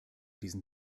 diesen